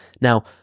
Now